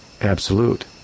absolute